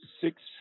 six